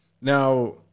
Now